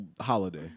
Holiday